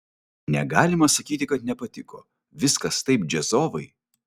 negalima sakyti kad nepatiko viskas taip džiazovai